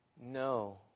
no